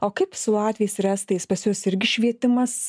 o kaip su latviais ir estais pas juos irgi švietimas